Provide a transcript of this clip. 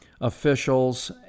officials